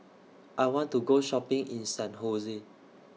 I want to Go Shopping in San Jose